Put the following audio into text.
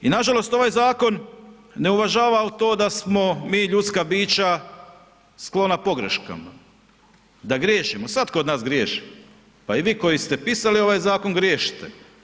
I nažalost ovaj zakon ne uvažava to da smo mi ljudske bića sklona pogreškama, da griješimo, svatko od nas griješi, pa i vi koji ste pisali ovaj zakon griješite.